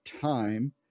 time